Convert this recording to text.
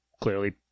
clearly